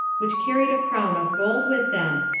which carried a crown of gold with them,